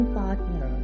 partner